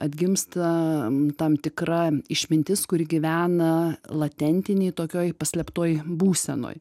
atgimsta tam tikra išmintis kuri gyvena latentinėj tokioj paslėptoj būsenoj